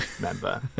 member